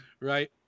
Right